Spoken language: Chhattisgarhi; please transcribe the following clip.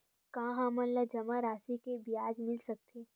का हमन ला जमा राशि से ब्याज मिल सकथे?